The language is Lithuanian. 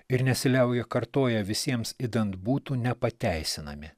ir nesiliauja kartoję visiems idant būtų nepateisinami